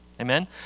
Amen